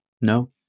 No